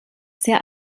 sehr